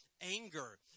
anger